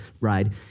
ride